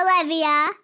Olivia